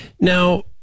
Now